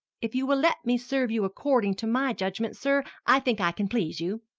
if you will let me serve you according to my judgment, sir, i think i can please you.